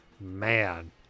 man